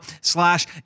slash